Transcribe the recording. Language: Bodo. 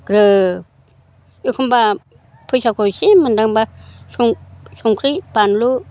ग्रोब एखम्बा फैसाखौ एसे मोनदोंबा संख्रि बानलु